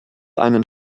einen